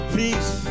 peace